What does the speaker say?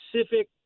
specific